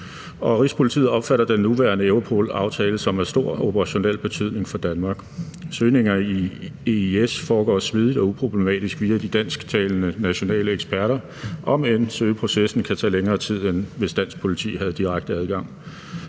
Rigspolitiet opfatter den nuværende Europol-aftale som af stor operationel betydning for Danmark. Søgninger i EIS foregår smidigt og uproblematisk via de dansktalende nationale eksperter, om end selve processen kan tage længere tid, end hvis dansk politi havde direkte adgang.